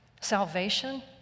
Salvation